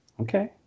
Okay